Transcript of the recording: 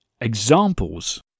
examples